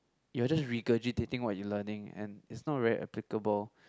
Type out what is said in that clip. you were just regurgitating what you learning and is not very applicable